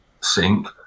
sink